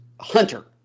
Hunter